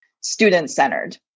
student-centered